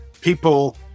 people